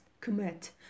commit